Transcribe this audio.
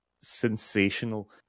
sensational